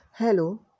Hello